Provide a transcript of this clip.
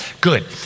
Good